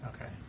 Okay